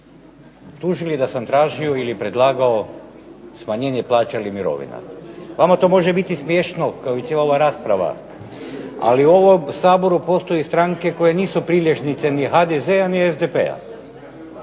optužili da sam tražio ili predlagao smanjenje plaća ili mirovina. Vama to može biti smiješno, kao i cijela ova rasprava, ali u ovom Saboru postoje stranke koje nisu priležnice ni HDZ-a, ni SDP-a.